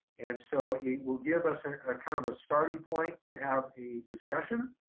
and so it will give us and ah kind of a starting point to have a discussion,